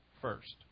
first